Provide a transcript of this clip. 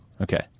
Okay